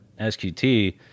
SQT